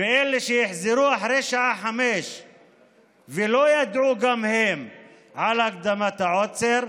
באלה שיחזרו אחרי שעה 17:00 ולא ידעו גם הם על הקדמת העוצר,